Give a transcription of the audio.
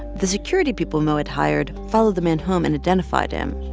the security people mo had hired followed the man home and identified him,